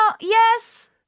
yes